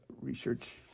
research